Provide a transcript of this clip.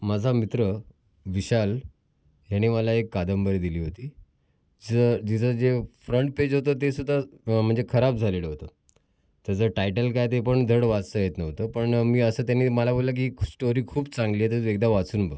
माझा मित्र विशाल ह्याने मला एक कादंबरी दिली होती ज जिचं जे फ्रंट पेज होतं तेसुद्धा म्हणजे खराब झालेलं होतं त्याचा टायटल काय ते पण धड वाचता येत नव्हतं पण मी असं त्यांनी मला बोलला की स्टोरी खूप चांगली आहे तर तू एकदा वाचून बघ